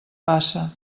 passa